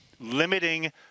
Limiting